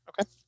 Okay